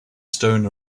stone